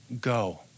go